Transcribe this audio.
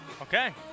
Okay